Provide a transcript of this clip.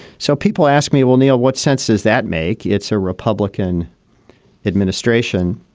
so people ask me, well, neal, what sense does that make? it's a republican administration